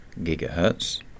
gigahertz